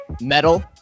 metal